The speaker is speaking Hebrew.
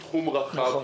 הוא תחום רחב,